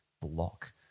block